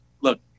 look